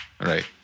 right